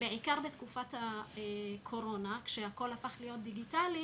בעיקר בתקופת הקורונה כשהכל הפך להיות דיגיטלי